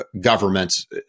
governments